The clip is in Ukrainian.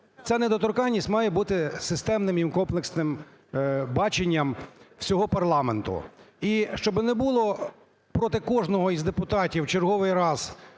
ця недоторканність має бути системним і комплексним баченням всього парламенту. І щоби не було проти кожного із депутатів в черговий раз